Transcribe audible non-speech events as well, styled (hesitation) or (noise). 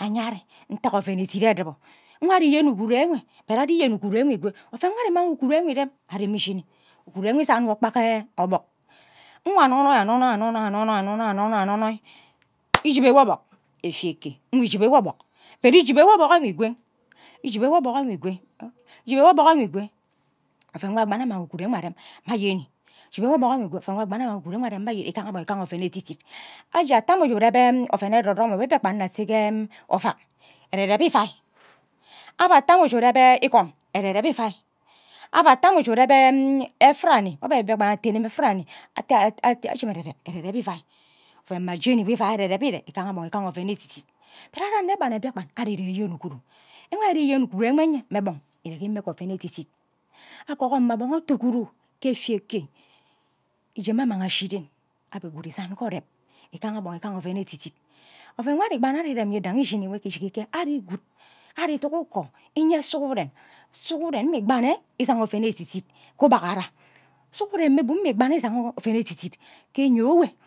anye ari ntaka oven idit edibo nwa ari inyen ugwure enw bot ari inyen ughuru enwe ikwo oven nwo ari iman uguru enwe irem ari mme ishini uguru enwe izan wo kpa (hesitation) obok nwo anonoyi anonoyi anonoyi anonoyi anonoyi anonoyi anonoyi (noise) ijubo wo obok efia eke nwi ijubo wo obok but ijubo wo obok enwe ikwe ijibo wo obok nwe kwe ijibo wo obok enwe ikwe oven nwo agban amang uguru enwe arem muna anyeni oven nwo agbana anna uguru enwe arem mma anyni igaha ghon igaha oven edit aje ate anu wu reb oven edodomo wo mbiakpan anna ase ovak ere reb wai aba ate ame uje ureb bhe igon ere reb ovai ava ate amme uju reb bhe efurani ame mbiakpan atene mme efurani ate (hesitation) aje mme erereb erereb ivai oven mma jeni ne but ari ame bana mbiakpan ari ire inye uguru enwe ari ire inyen uguru enwe ye mme gbon imeghe oven editid it oven nwo ari igbana irem nwi idngi nshini ijiki ke ari guad iduk ukor inyen sughuren sughuren mme igbana nne iyaga oven edit edit ke ubyuara sughuren mme bum mme igbane ushigha oven edidit ke enyo wen